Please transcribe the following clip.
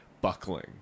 buckling